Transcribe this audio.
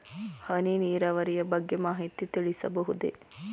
ಹನಿ ನೀರಾವರಿಯ ಬಗ್ಗೆ ಮಾಹಿತಿ ತಿಳಿಸಬಹುದೇ?